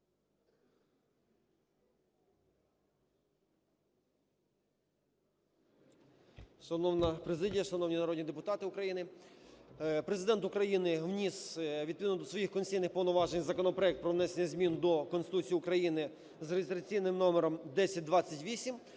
Шановна президія, шановні народні депутати України! Президент України вніс відповідно до своїх конституційних повноважень законопроект про внесення змін до Конституції України з реєстраційним номером 1028